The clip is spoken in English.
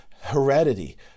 heredity